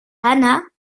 anna